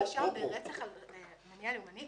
מואשם ברצח על מניע לאומני,